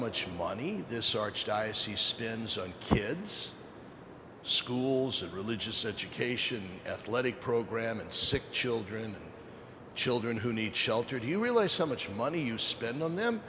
much money this archdiocese stinson kids schools of religious education athletic program and sick children children who need shelter do you realize how much money you spend on them